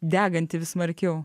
deganti vis smarkiau